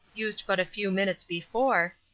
used but a few minutes before,